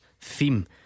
theme